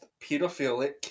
pedophilic